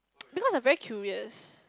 because I very curious